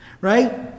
Right